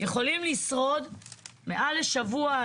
יכולים לשרוד מעל לשבוע,